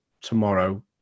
tomorrow